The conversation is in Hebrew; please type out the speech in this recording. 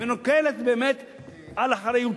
ונוטלת על אחריותה